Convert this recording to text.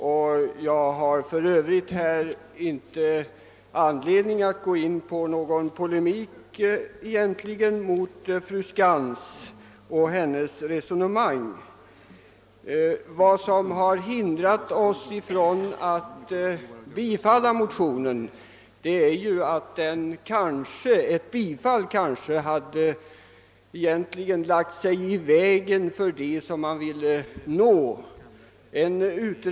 I övrigt har jag inte anledning att gå in på någon egentlig polemik mot fru Skantz och hennes resonemang. Vad som hindrat oss från att tillstyrka motionen är att en sådan åtgärd kanske i stället skulle ha motverkat det syfte man där vill nå.